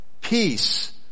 Peace